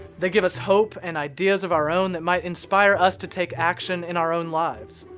they give us hope and ideas of our own that might inspire us to take action in our own lives.